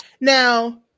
Now